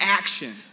action